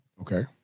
Okay